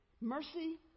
Mercy